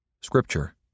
Scripture